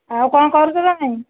ଆଉ କ'ଣ କରୁଛୁ ନା ନାଇଁ